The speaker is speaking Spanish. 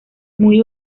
muy